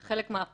זה חלק מהמהפכה,